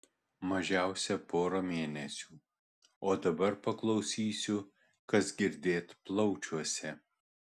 mažiausia porą mėnesių o dabar paklausysiu kas girdėt plaučiuose